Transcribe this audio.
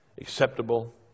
acceptable